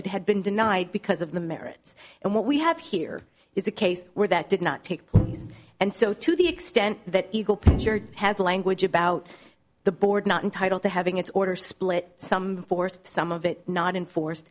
it had been denied because of the merits and what we have here is a case where that did not take and so to the extent that it has language about the board not entitled to having its order split some force some of it not enforced